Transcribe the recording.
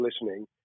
listening